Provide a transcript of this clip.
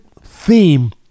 theme